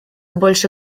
больше